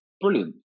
brilliant